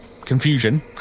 confusion